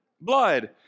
blood